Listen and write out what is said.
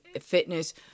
fitness